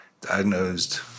diagnosed